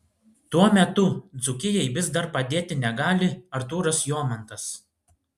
tuo metu dzūkijai vis dar padėti negali artūras jomantas